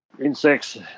insects